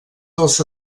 dels